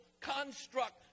construct